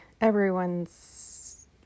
everyone's